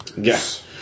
Yes